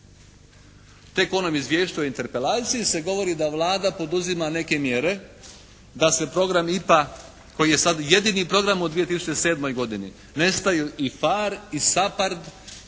Tek u onom izvješću o interpelaciji se govori da Vlada poduzima neke mjere da se program IPA koji je sad jedini program u 2007. godini. Nestaju i PHARE i SAPARD,